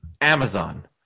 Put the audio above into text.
Amazon